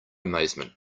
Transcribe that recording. amazement